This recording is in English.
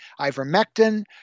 ivermectin